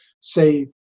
say